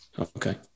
okay